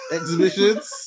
Exhibitions